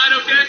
okay